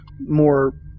more